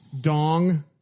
Dong